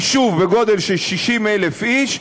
יישוב בגודל של 60,000 איש,